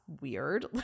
weird